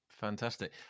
Fantastic